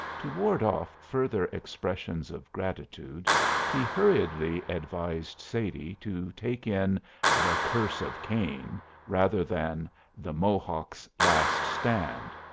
to ward off further expressions of gratitude he hurriedly advised sadie to take in the curse of cain rather than the mohawks' last stand,